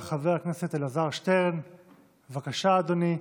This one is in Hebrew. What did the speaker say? חבר הכנסת אלעזר שטרן, בבקשה, אדוני.